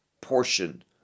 portion